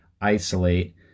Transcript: isolate